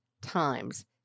times